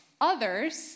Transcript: Others